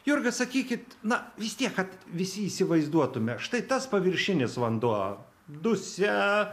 jurga sakykit na vis tiek kad visi įsivaizduotume štai tas paviršinis vanduo dusia